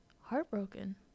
heartbroken